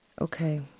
okay